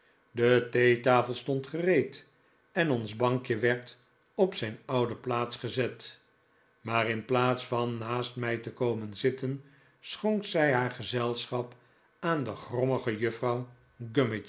be theetafel stond gereed en ons bankje werd op zijn oude plaats gezet maar in plaats van naast mij te komen zitten schonk zij haar gezelschap aan de grommige